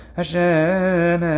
Hashem